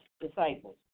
disciples